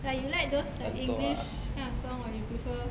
like you like those like english kind of song or you prefer